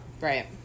Right